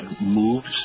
moves